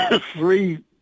three